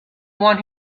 one